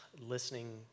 listening